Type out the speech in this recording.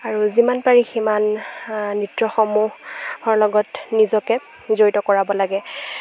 আৰু যিমান পাৰি সিমান নৃত্যসমূহৰ লগত নিজকে জড়িত কৰাব লাগে